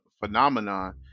phenomenon